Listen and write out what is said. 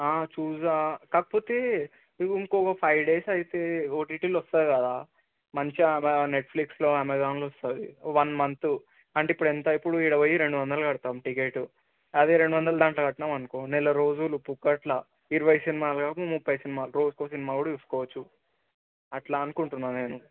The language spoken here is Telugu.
చూదా కాకపోతే ఇంకొక ఫైవ్ డేస్ అయితే ఓటీటీలో వస్తుంది కదా మంచిగా నెట్ఫ్లిక్స్లో అమెజాన్లో వస్తుంది వన్ మంత్ అంటే ఇప్పుడు ఎంత ఇప్పుడు ఇరవై రెండు వందలు కడతాం టికెట్ అదే రెండు వందలు దాంట్లో కట్టినాం అనుకో నెలరోజులు పుక్కట్లో ఇరవై సినిమాలు కాకపోతే ముప్ఫై సినిమాలు రోజుకో సినిమా కూడా చూసుకోవచ్చు అట్లా అనుకుంటున్నాను నేను